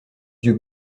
yeux